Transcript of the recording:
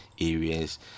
areas